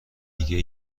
دیگه